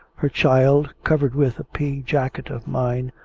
her child, covered with a pea-jacket of mine,